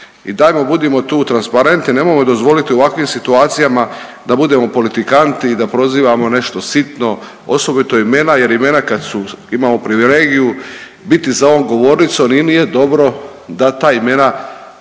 I dajmo budimo tu transparentni, nemojmo dozvoliti u ovakvim situacijama da budemo politikanti i da prozivamo nešto sitno osobito imena, jer imena kad su, imamo privilegiju biti za ovom govornicom i nije dobro da ta imena